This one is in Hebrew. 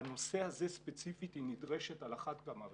בנושא הזה ספציפית היא נדרשת על אחת כמה וכמה.